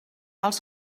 els